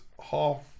half